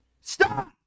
Stop